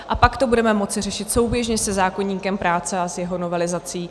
A pak to budeme moci řešit souběžně se zákoníkem práce a s jeho novelizací.